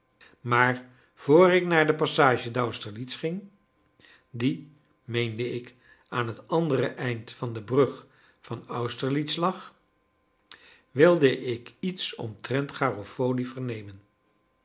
maar vr ik naar de passage d'austerlitz ging die meende ik aan het andere einde van de brug van austerlitz lag wilde ik iets omtrent garofoli vernemen